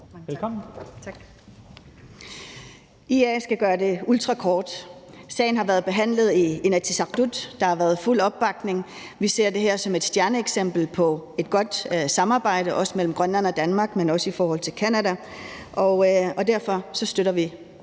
Jeg skal gøre det ultrakort. Det har været behandlet i Inatsisartut, og der har været fuld opbakning. Vi ser det her som et stjerneeksempel på et godt samarbejde, også mellem Grønland og Danmark, men også i forhold til Canada, og derfor støtter vi